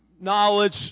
knowledge